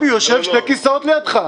סמי, הוא יושב שני כסאות לידך.